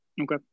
Okay